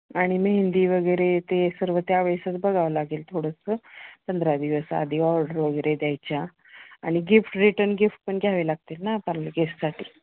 आणि मेहेंदी वगैरे ते सर्व त्यावेळेसच बघावं लागेल थोडंसं पंधरा दिवस आधी ऑर्डर वगैरे द्यायच्या आणि गिफ्ट रिटर्न गिफ्ट पण घ्यावी लागतील ना प्ल गेस्टसाठी